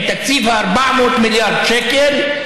עם תקציב ה-400 מיליארד שקל,